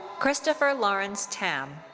christopher lawrence tam.